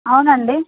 అవునండి